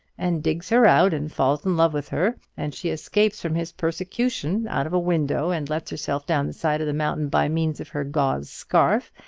and digs her out and falls in love with her and she escapes from his persecution out of a window, and lets herself down the side of the mountain by means of her gauze scarf,